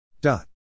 dot